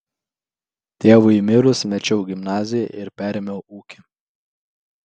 tėvui mirus mečiau gimnaziją ir perėmiau ūkį